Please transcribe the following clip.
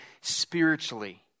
spiritually